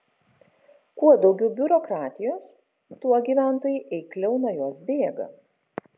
kuo daugiau biurokratijos tuo gyventojai eikliau nuo jos bėga